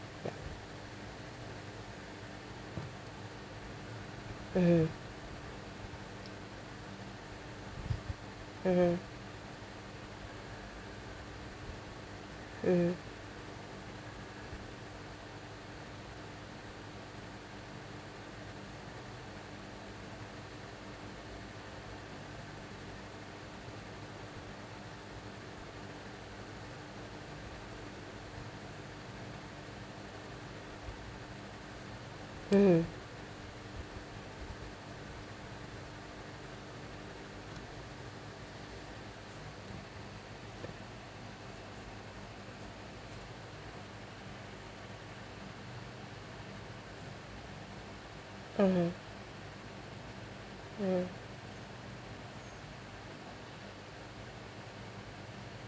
ya mmhmm mmhmm mmhmm mmhmm mmhmm mm